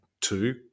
two